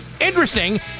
Interesting